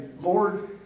Lord